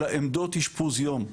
אלא עמדות אשפוז יום,